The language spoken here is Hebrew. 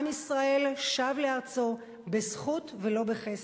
עם ישראל שב לארצו בזכות ולא בחסד.